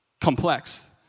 complex